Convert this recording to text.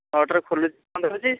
ଛଅଟାରେ ଖୋଲୁଛି ବନ୍ଦ ହେଉଛି